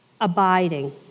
abiding